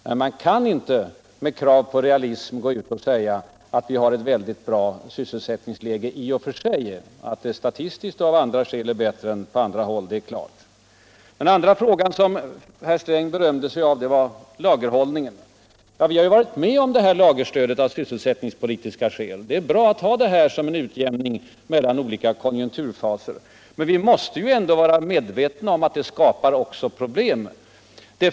Men man kan inte med krav på realism gå ut och påstå attl vi inte har sysselsättningsproblem. En annan sak som herr Sträng berömde sig uv var lagerhållningen. Ja, vi har varit med om att ge lagerstöd av svsselsättningspolitiska skäl. och det är bra att på det sättet åstadkomma en utjämning mellan olika konjunkturfaser. Men vi måste vara medvetna om att detta också skapar problem.